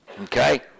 okay